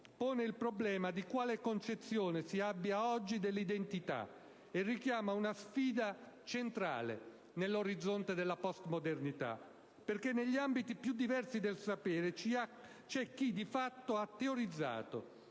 pone il problema di quale concezione si abbia oggi dell'identità e richiama una sfida centrale nell'orizzonte della postmodernità. Negli ambiti più diversi del sapere, infatti, c'è chi di fatto ha teorizzato